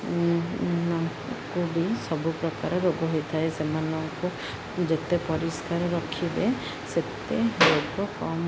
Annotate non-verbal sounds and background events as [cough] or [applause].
[unintelligible] ସବୁ ପ୍ରକାର ରୋଗ ହୋଇଥାଏ ସେମାନଙ୍କୁ ଯେତେ ପରିଷ୍କାର ରଖିବେ ସେତେ ରୋଗ କମ୍